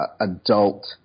adult